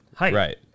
right